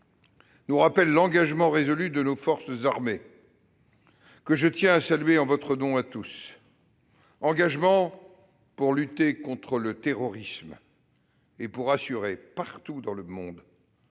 nous rappelle l'engagement résolu de nos forces armées, que je tiens à saluer en votre nom à tous, pour lutter contre le terrorisme et assurer, partout dans le monde,